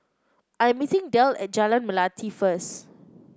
I am meeting Delle at Jalan Melati first